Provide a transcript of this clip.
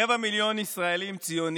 רבע מיליון ישראלים ציונים